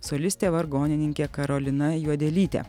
solistė vargonininkė karolina juodelytė